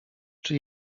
czy